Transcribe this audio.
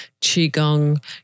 Qigong